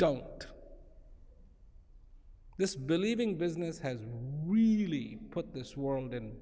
don't this believing business has really put this world